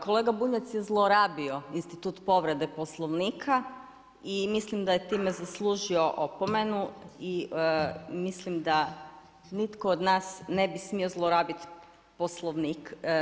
Kolega Bunjac je zlorabio institut Povrede Poslovnika i mislim da je time zaslužio opomenu i mislim da nitko od nas ne bi smio zlorabiti Poslovnik.